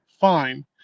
fine